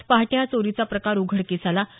आज पहाटे हा चोरीचा प्रकार उघडकीस आला